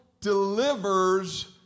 delivers